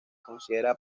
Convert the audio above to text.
considera